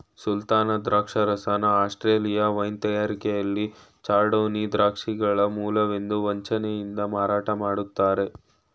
ಸುಲ್ತಾನ ದ್ರಾಕ್ಷರಸನ Australia wine ತಯಾರಿಕೆಲಿ chardonnay ದ್ರಾಕ್ಷಿಗಳ ಮೂಲವೆಂದು ವಂಚನೆಯಿಂದ ಮಾರಾಟ ಮಾಡ್ತರೆ